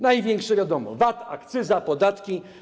Największe to, wiadomo, VAT, akcyza, podatki.